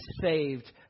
saved